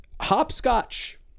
hopscotch